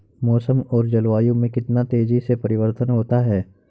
मौसम और जलवायु में कितनी तेजी से परिवर्तन होता है?